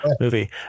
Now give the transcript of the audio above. movie